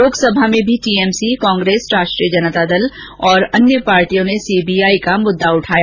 लोकसभा में भी टीएमसी कांग्रेस राष्ट्रीय जनता दल और अन्य पार्टियों ने सीबीआई का मुद्दा उठाया